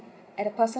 at a person